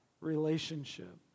relationship